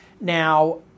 Now